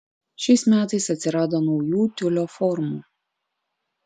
šiais metais atsirado naujų tiulio formų